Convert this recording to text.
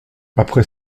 après